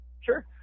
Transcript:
Sure